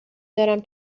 دارم